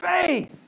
Faith